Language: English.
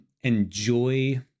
enjoy